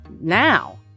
now